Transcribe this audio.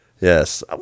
Yes